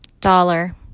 dollar